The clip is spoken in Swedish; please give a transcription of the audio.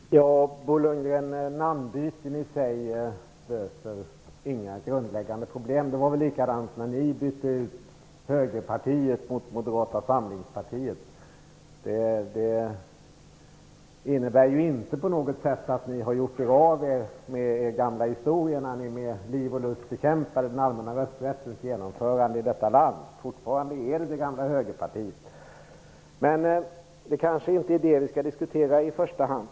Fru talman! Bo Lundgren, namnbyten i sig löser inga grundläggande problem. Det var väl likadant när ni bytte ut namnet Högerpartiet mot Moderata samlingspartiet. Det har ju inte inneburit att ni på något sätt har gjort er av med er gamla historia, då ni med liv och lust bekämpade den allmänna rösträttens genomförande i detta land. Det är fortfarande det gamla högerpartiet. Men det kanske inte är detta som vi skall diskutera i första hand.